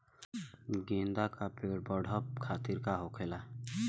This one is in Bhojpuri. गेंदा का पेड़ बढ़अब खातिर का होखेला?